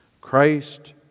Christ